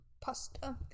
pasta